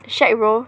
shag bro